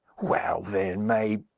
well, then, may!